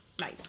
Nice